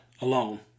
alone